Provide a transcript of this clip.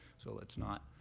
so let's not.